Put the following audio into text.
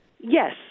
Yes